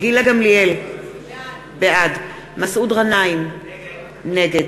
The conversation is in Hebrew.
ביום ירושלים מביאים חוק שחור, שחור, לכנסת.